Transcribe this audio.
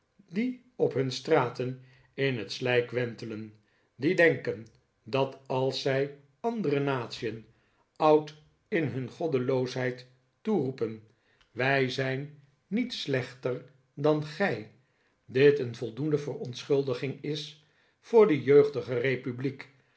die op hun straten in het slijk wentelen die denken dat als zij andere natien oud in hun goddeloosheid toeroepen wij zijn niet slechter dan gij dit een voldoende verontschuldiging is voor de jeugdige republiek